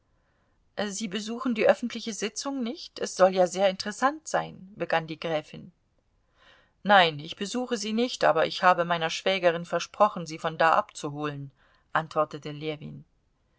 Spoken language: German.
sie besuchen die öffentliche sitzung nicht es soll ja sehr interessant sein begann die gräfin nein ich besuche sie nicht aber ich habe meiner schwägerin versprochen sie von da abzuholen antwortete ljewin